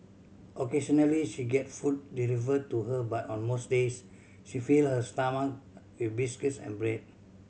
occasionally she get food delivered to her but on most days she fill her stomach with biscuits and bread